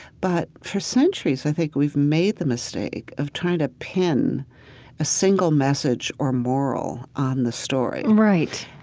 but for centuries i think we've made the mistake of trying to pin a single message or moral on the story right.